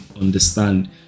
understand